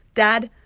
dad,